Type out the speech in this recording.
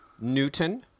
Newton